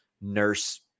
nurse